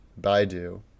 Baidu